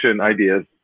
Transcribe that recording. ideas